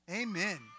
Amen